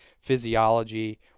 physiology